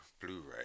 Blu-ray